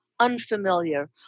unfamiliar